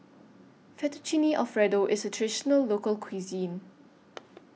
Fettuccine Alfredo IS A Traditional Local Cuisine